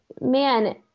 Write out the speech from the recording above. man